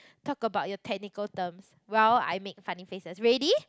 talk about your technical terms while I make funny faces ready